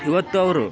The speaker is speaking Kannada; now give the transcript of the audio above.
ಇವತ್ತವರು